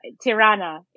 Tirana